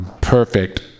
perfect